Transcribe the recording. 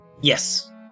Yes